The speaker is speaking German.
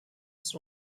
ist